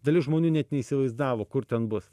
dalis žmonių net neįsivaizdavo kur ten bus